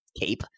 cape